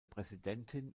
präsidentin